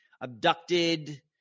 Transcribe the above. abducted